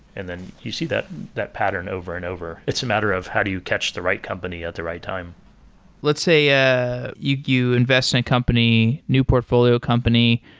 and then you see that that pattern over and over. it's a matter of how do you catch the right company at the right time let's say yeah you you invest in a company, new portfolio company,